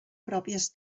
pròpies